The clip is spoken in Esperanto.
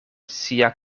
sia